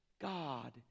God